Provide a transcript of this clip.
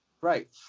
Right